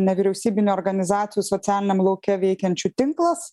nevyriausybinių organizacijų socialiniam lauke veikiančių tinklas